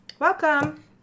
Welcome